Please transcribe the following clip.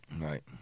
Right